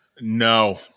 no